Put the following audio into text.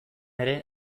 ere